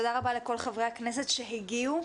תודה רבה לכל חברי הכנסת שהגיעו,